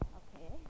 okay